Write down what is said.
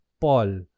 Paul